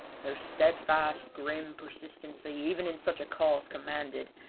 their steadfast, grim, persistency even in such a cause commanded,